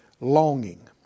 longing